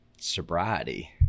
sobriety